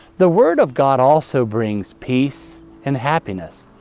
the word of god also brings peace and happiness,